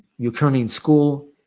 you're currently in school,